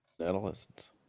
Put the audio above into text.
Adolescence